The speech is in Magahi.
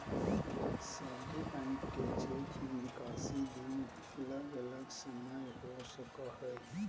सभे बैंक के चेक निकासी दिन अलग अलग समय हो सको हय